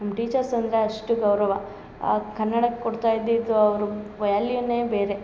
ನಮ್ಮ ಟೀಚರ್ಸ್ ಅಂದರೆ ಅಷ್ಟು ಗೌರವ ಆ ಕನ್ನಡಕ್ಕೆ ಕೊಡ್ತಾಯಿದ್ದಿದ್ದು ಅವ್ರ ವ್ಯಾಲ್ಯೂನೇ ಬೇರೆ